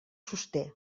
sosté